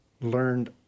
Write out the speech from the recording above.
learned